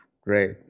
Great